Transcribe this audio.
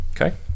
okay